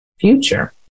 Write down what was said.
future